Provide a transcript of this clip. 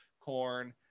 corn